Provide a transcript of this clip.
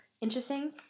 interesting